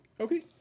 Okay